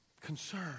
Concern